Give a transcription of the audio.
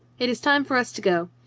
it is time for us to go.